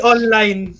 Online